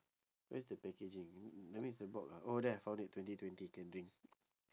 where's the packaging that means is the box ah oh there I found it twenty twenty can drink